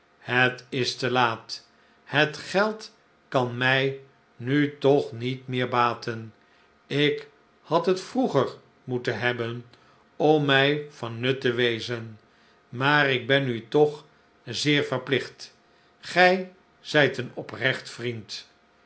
het is te laat het geld kan mij nu toch niet meer baten ik had het vroeger moeten hebben om mij van nut te wezen maar ik ben u toch zeer verplicht gij zijt een oprecht vriend